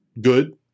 good